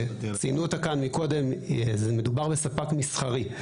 שציינו כאן קודם מדובר בספק מסחרי.